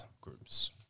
groups